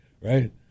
right